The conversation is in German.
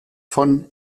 von